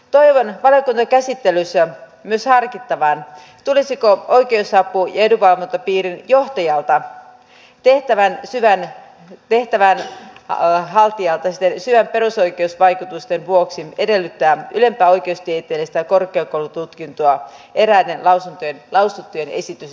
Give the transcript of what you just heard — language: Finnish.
toivon valiokunnan käsittelyssä myös harkittavan tulisiko oikeusapu ja edunvalvontapiirin johtajalta tehtävän haltijalta perusoikeusvaikutusten vuoksi edellyttää ylempää oikeustieteellistä korkeakoulututkintoa eräiden lausuttujen esitysten mukaisesti